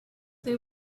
they